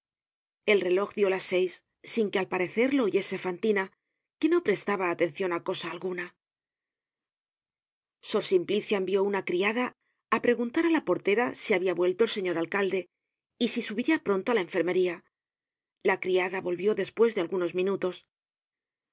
el reloj dió las seis sin que al parecer lo oyese fantina que no prestaba atencion á cosa alguna sor simplicia envió una criada á preguntar á la portera si habia vuelto el señor alcalde y si subiria pronto á la enfermería la criada volvió despues de algunos minutos